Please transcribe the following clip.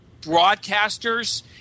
broadcasters